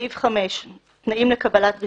בעד סעיפים 3 ו-4 3 נגד,